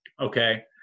Okay